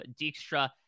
Dijkstra